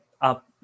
up